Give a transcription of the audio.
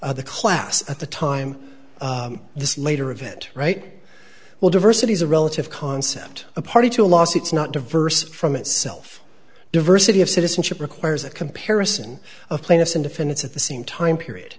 the class at the time this later event right well diversity is a relative concept a party to lawsuits not diverse from itself diversity of citizenship requires a comparison of plaintiffs and if and it's at the same time period